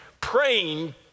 praying